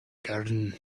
garden